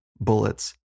bullets